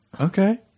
Okay